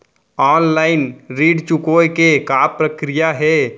Online ऋण चुकोय के का प्रक्रिया हे?